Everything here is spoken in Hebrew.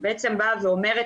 שבעצם באה ונותנת